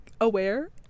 aware